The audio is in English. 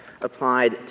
applied